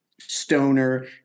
stoner